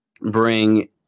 bring